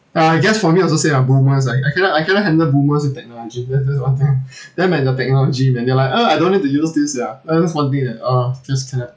I guess for me also same ah boomers ah I cannot I cannot handle boomers with technology that's that's one thing there might no technology then they're like ugh I don't know how to use this ya uh that's one thing that ugh just cannot